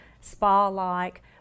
spa-like